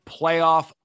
playoff